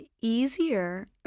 easier